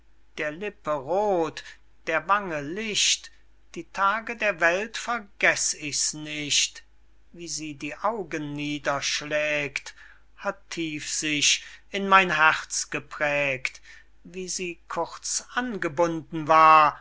der lippe roth der wange licht die tage der welt vergess ich's nicht wie sie die augen niederschlägt hat tief sich in mein herz geprägt wie sie kurz angebunden war